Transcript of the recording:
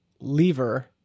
Lever